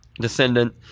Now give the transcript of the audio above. descendant